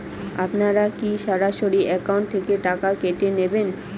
আপনারা কী সরাসরি একাউন্ট থেকে টাকা কেটে নেবেন?